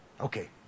Okay